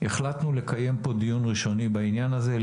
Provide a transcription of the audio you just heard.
החלטנו לקיים פה דיון ראשוני בעניין הזה,